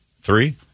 three